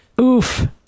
oof